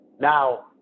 now